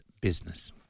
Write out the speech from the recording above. business